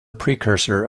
precursor